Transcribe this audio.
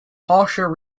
harsher